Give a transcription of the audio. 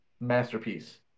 masterpiece